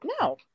no